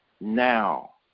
now